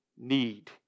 need